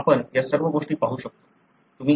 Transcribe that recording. आपण या सर्व गोष्टी पाहू शकतो